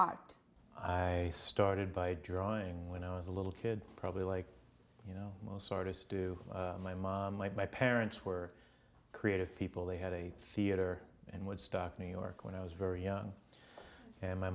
your i started by drawing when i was a little kid probably like you know most artists do my mom like my parents were creative people they had a theater and woodstock new york when i was very young and my